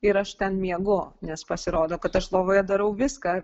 ir aš ten miegu nes pasirodo kad aš lovoje darau viską